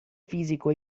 fisico